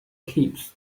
keeps